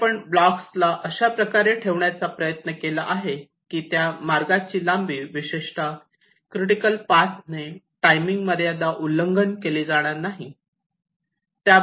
आणि आपण ब्लॉक्सला अशा प्रकारे ठेवण्याचा प्रयत्न केला की त्या मार्गाची लांबी विशेषत क्रिटिकल पाथनी टाइमिंग मर्यादा उल्लंघन केली जाणार नाही